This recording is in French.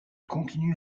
continue